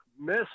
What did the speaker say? miss –